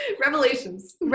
Revelations